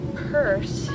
purse